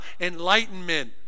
enlightenment